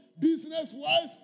business-wise